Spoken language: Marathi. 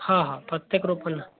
हां हां प्रत्येक रोपमधून